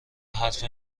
حرف